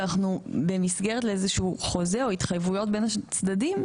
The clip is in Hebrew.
ואנחנו במסגרת לאיזשהו חוזה או התחייבויות בין הצדדים,